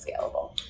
scalable